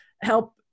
help